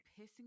pissing